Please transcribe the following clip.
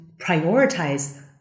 prioritize